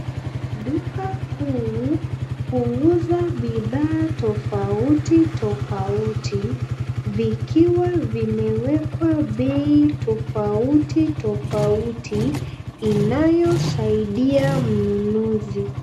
Duka kuu, huuza bidhaa tofauti tofauti, Vikiwa vimewekwa bei tofauti tofauti inayosaidia mnunuzi.